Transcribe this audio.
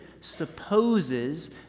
supposes